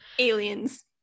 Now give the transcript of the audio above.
Aliens